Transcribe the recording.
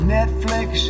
Netflix